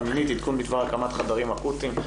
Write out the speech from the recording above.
מינית עדכון בדבר הקמת חדרים אקוטיים.